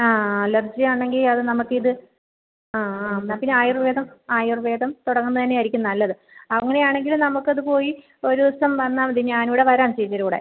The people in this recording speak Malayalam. ആ അലർജിയാണെങ്കിൽ അത് നമുക്കിത് ആ ആ എന്നാൽ പിന്നെ ആയുർവേദം ആയുർവേദം തുടങ്ങുന്നതു തന്നെയായിരിക്കും നല്ലത് അങ്ങനെയാണെങ്കിൽ നമ്മൾക്കത് പോയി ഒരുദിവസം വന്നാൽമതി ഞാനുംകൂടി വരാം ചേച്ചിയുടെ കൂടെ